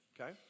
Okay